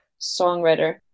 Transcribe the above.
songwriter